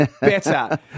Better